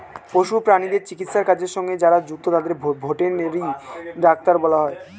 পশু প্রাণীদের চিকিৎসার কাজের সঙ্গে যারা যুক্ত তাদের ভেটেরিনারি ডাক্তার বলা হয়